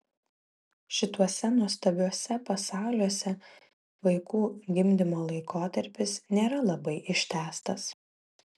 šituose nuostabiuose pasauliuose vaikų gimdymo laikotarpis nėra labai ištęstas